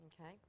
Okay